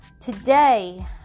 Today